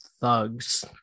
thugs